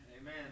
Amen